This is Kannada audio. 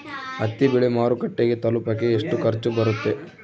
ಹತ್ತಿ ಬೆಳೆ ಮಾರುಕಟ್ಟೆಗೆ ತಲುಪಕೆ ಎಷ್ಟು ಖರ್ಚು ಬರುತ್ತೆ?